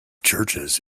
churches